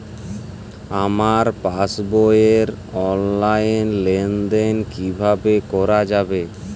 আমার পাসবই র অনলাইন লেনদেন কিভাবে করা যাবে?